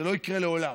זה לא יקרה לעולם.